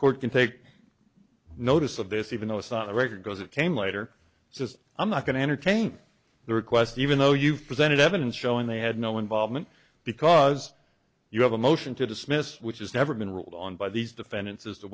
court can take notice of this even though it's not a record goes it came later just i'm not going to entertain the request even though you've presented evidence showing they had no involvement because you have a motion to dismiss which is never been ruled on by these defendants as t